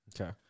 Okay